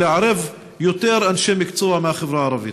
ולערב יותר אנשי מקצוע מהחברה הערבית.